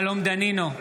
שלום דנינו,